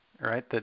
right